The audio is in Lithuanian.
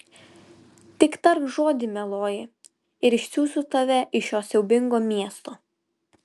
tik tark žodį mieloji ir išsiųsiu tave iš šio siaubingo miesto